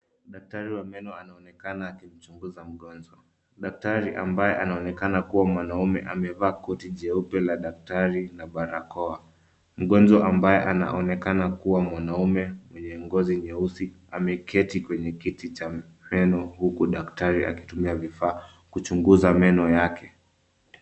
Daktari wa meno anaonekana akimchuguza mgonjwa. Daktari ambaye anaonekana kuwa mwanaume amevaa koti jeupe la daktari na barakoa. Mgonjwa ambaye anaonekana kuwa mwanaume mwenye ngozi nyeusi ameketi kwenye kiti cha meno huku daktari akitumia vifaa kuchuguza meno yake.